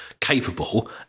capable